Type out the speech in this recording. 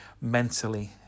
mentally